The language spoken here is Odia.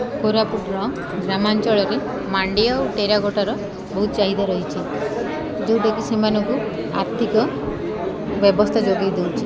କୋରାପୁଟର ଗ୍ରାମାଞ୍ଚଳରେ ମାଣ୍ଡିଆ ଓ ଟେରାକୋଟାର ବହୁତ ଚାହିଦା ରହିଛି ଯେଉଁଟାକି ସେମାନଙ୍କୁ ଆର୍ଥିକ ବ୍ୟବସ୍ଥା ଯୋଗାଇ ଦେଉଛି